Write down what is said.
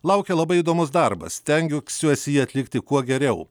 laukia labai įdomus darbas stengiusiuosi jį atlikti kuo geriau